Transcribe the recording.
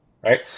right